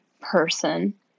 person